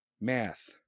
math